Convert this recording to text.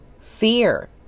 fear